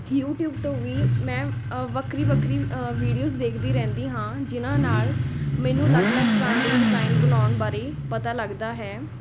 YouTube ਤੋਂ ਵੀ ਮੈਂ ਵੱਖਰੀ ਵੱਖਰੀ ਵੀਡੀਓਸ ਦੇਖਦੀ ਰਹਿੰਦੀ ਹਾਂ ਜਿਨ੍ਹਾਂ ਨਾਲ ਮੈਨੂੰ ਅਲੱਗ ਅਲੱਗ ਤਰ੍ਹਾਂ ਦੇ ਡਿਜ਼ਾਇਨ ਬਣਾਉਣ ਬਾਰੇ ਪਤਾ ਲੱਗਦਾ ਹੈ